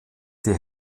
die